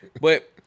But-